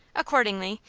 accordingly,